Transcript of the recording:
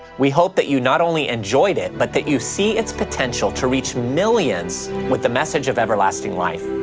we hope that you not only enjoyed it, but that you see its potential to reach millions with the message of everlasting life.